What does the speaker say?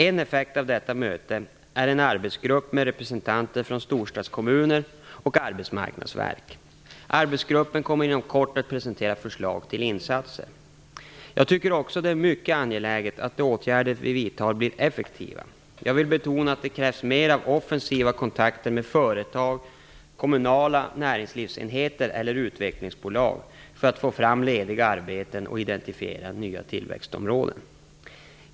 En effekt av detta möte är en arbetsgrupp med representanter från storstadskommunerna och Arbetsmarknadsverket. Arbetsgruppen kommer inom kort att presentera förslag till insatser. Jag tycker också att det är mycket angeläget att de åtgärder vi vidtar blir effektiva. Jag vill betona att det krävs mer av offensiva kontakter med företag, kommunala näringslivsenheter och utvecklingsbolag för att få fram lediga arbeten och identifiera nya tillväxtområden.